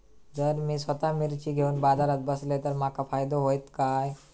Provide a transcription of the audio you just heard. जर मी स्वतः मिर्ची घेवून बाजारात बसलय तर माका फायदो होयत काय?